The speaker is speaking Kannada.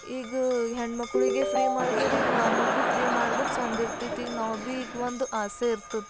ಈಗ ಹೆಣ್ಣು ಮಕ್ಕಳಿಗೆ ಫ್ರೀ ಮಾಡದಾರ ಈಗ ನಮಗೆ ಭೀ ಫ್ರೀ ಮಾಡಿದ್ರೆ ಚೆಂದ ಇರ್ತಿತ್ತು ಈಗ ನಾವು ಭೀ ಈಗ ಒಂದು ಆಸೆ ಇರ್ತದೆ